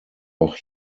auch